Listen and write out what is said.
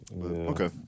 Okay